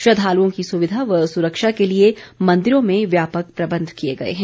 श्रद्धालुओं की सुविधा व सुरक्षा के लिए मंदिरों में व्यापक प्रबंध किये गए हैं